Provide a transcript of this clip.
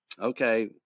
okay